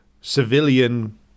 civilian